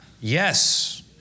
Yes